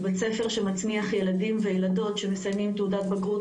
בית ספר שמצמיח ילדים וילדות שמסיימים תעודת בגרות,